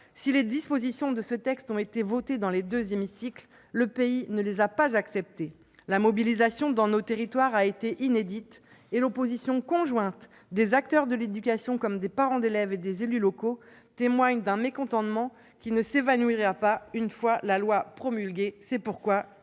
si les dispositions du présent projet de loi ont été adoptées dans les deux hémicycles, le pays ne les a pas acceptées. La mobilisation dans nos territoires a été inédite et l'opposition conjointe des acteurs de l'éducation comme des parents d'élèves et des élus locaux témoigne d'un mécontentement qui ne s'évanouira pas une fois la loi promulguée. Pour